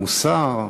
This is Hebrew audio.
המוסר,